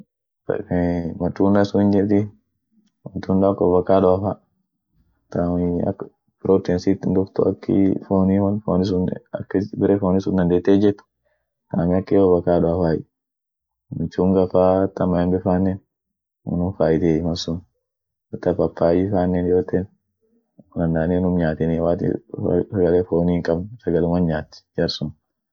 Matundanen ak wiki lama kan unum tanin, ishinen woishin lafit hammate, binessin kasa hin yaini, ishin hihammatin, malsunii dandeete unum nyaatay, duumi akum bulto kudeni afuri ta takka hiyammatin, ura woishin ura hinkabn mzimaa, bulto illamani kudeni affur.